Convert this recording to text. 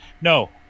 No